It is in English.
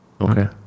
Okay